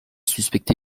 suspecté